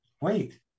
Wait